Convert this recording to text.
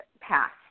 passed